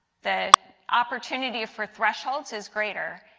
the opportunity for threshold is greater.